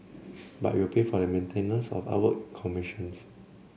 but it will pay for the maintenance of the artwork it commissions